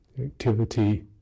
activity